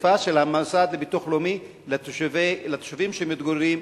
רדיפה של המוסד לביטוח הלאומי את התושבים שמתגוררים,